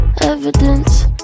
evidence